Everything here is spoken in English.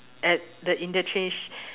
at the interchange